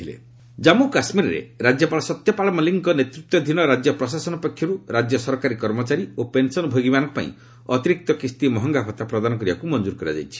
କେକେ dearness allowance Jammu କାଶ୍ମୀରରେ ରାଜ୍ୟପାଳ ସତ୍ୟପାଳ ମଲିକଙ୍କ ନେତୃତ୍ୱାଧୀନ ରାଜ୍ୟ ପ୍ରଶାସନ ପକ୍ଷରୁ ରାଜ୍ୟ ସରକାରୀ କର୍ମଚାରୀ ଓ ପେନ୍ସନ୍ଭୋଗୀମାନଙ୍କ ପାଇଁ ଅତିରିକ୍ତ କିସ୍ତି ମହଙ୍ଗାଭତ୍ତା ପ୍ରଦାନ କରିବାକୁ ମଞ୍ଜୁର କରାଯାଇଛି